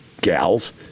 Gals